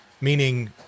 Meaning